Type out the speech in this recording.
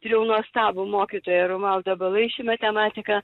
turėjau nuostabų mokytoją romualdą balaišį matematiką